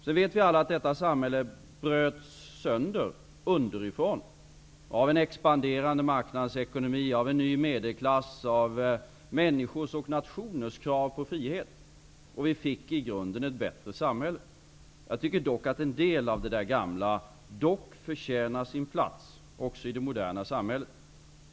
Vi vet alla att detta samhälle bröts sönder underifrån av en expanderande marknadsekonomi, av en ny medelklass, av människors och nationers krav på frihet. Vi fick i grunden ett bättre samhälle. Jag tycker dock att en del av det gamla ändå förtjänar sin plats också i det moderna samhället.